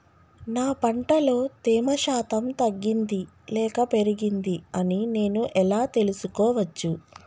నా పంట లో తేమ శాతం తగ్గింది లేక పెరిగింది అని నేను ఎలా తెలుసుకోవచ్చు?